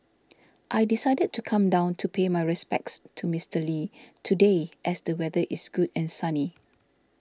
I decided to come down to pay my respects to Mister Lee today as the weather is good and sunny